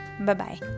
Bye-bye